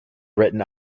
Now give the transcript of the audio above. written